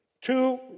Two